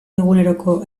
eguneroko